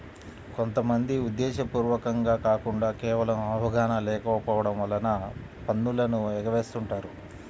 కొంత మంది ఉద్దేశ్యపూర్వకంగా కాకుండా కేవలం అవగాహన లేకపోవడం వలన పన్నులను ఎగవేస్తుంటారు